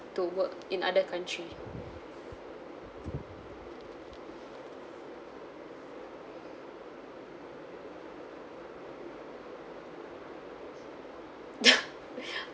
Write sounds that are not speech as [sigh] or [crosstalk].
to work in other country [noise]